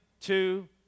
two